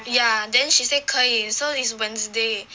ya then she say 可以 so it's wednesday